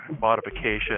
modification